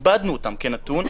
איבדנו אותן כנתון.